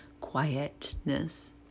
quietness